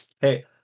Hey